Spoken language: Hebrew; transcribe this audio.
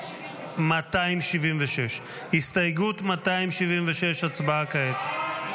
276. 276. הסתייגות 276, הצבעה כעת.